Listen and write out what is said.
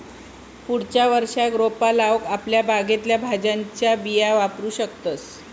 पुढच्या वर्षाक रोपा लाऊक आपल्या बागेतल्या भाज्यांच्या बिया वापरू शकतंस